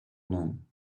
long